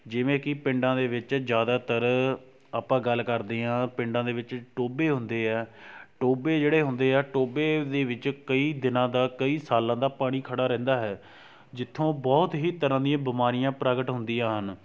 ਜਿਵੇਂ ਕਿ ਪਿੰਡਾਂ ਦੇ ਵਿੱਚ ਜ਼ਿਆਦਾਤਰ ਆਪਾਂ ਗੱਲ ਕਰਦੇ ਹਾਂ ਪਿੰਡਾਂ ਦੇ ਵਿੱਚ ਟੋਭੇ ਹੁੰਦੇ ਹੈ ਟੋਭੇ ਜਿਹੜੇ ਹੁੰਦੇ ਹੈ ਟੋਭੇ ਦੇ ਵਿੱਚ ਕਈ ਦਿਨਾਂ ਦਾ ਕਈ ਸਾਲਾਂ ਦਾ ਪਾਣੀ ਖੜ੍ਹਾ ਰਹਿੰਦਾ ਹੈ ਜਿੱਥੋਂ ਬਹੁਤ ਹੀ ਤਰ੍ਹਾਂ ਦੀਆਂ ਬਿਮਾਰੀਆਂ ਪ੍ਰਗਟ ਹੁੰਦੀਆਂ ਹਨ